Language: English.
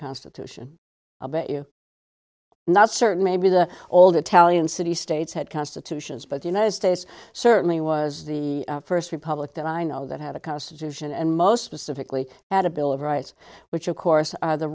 constitution about you not certain maybe the old italian city states had constitutions but the united states certainly was the first republic that i know that had a constitution and most specifically add a bill of rights which of course are the